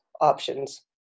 options